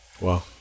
Wow